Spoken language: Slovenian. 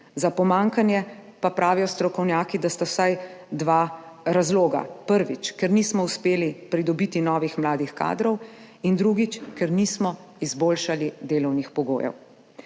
Za pomanjkanje pa strokovnjaki pravijo, da sta vsaj dva razloga – prvič, ker nismo uspeli pridobiti novih mladih kadrov, in drugič, ker nismo izboljšali delovnih pogojev.